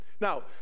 Now